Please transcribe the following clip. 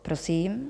Prosím.